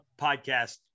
podcast